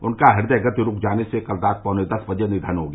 उनका हृदय गति रूक जाने से कल रात पौने दस बजे निधन हो गया